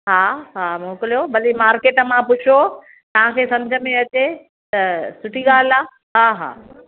हा हा मोकिलियो भले मार्केट मां पुछो तव्हां खे समुझ में अचे त सुठी ॻाल्हि आहे हा हा